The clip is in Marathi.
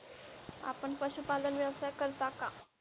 आपण पशुपालन व्यवसाय करता का?